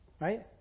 right